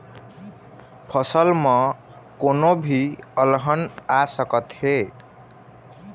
फसल म कोनो भी अलहन आ सकत हे